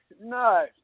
no